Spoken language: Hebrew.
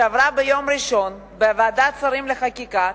שעברה ביום ראשון בוועדת השרים לחקיקה,